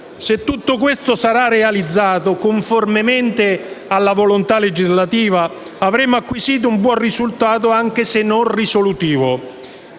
Se tutto questo sarà realizzato conformemente alla volontà legislativa, avremo acquisito un buon risultato anche se non risolutivo.